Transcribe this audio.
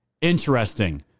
Interesting